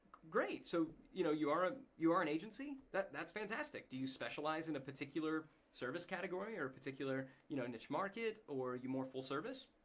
great, so you know you are ah you are an agency? that's that's fantastic. do you specialize in a particular service category or a particular you know niche market or are you more full service?